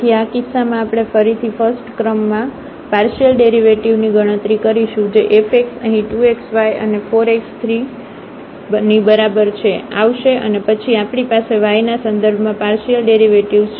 તેથી આ કિસ્સામાં આપણે ફરીથી ફસ્ટક્રમમાં પાર્શિયલ ડેરિવેટિવની ગણતરી કરીશું જે fx અહીં 2 xy અને 4 x3 ની બરાબર છે આવશે અને પછી આપણી પાસે y ના સંદર્ભમાં પાર્શિયલડેરિવેટિવ્ઝ છે